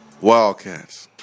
Wildcats